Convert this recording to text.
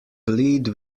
plead